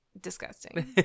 Disgusting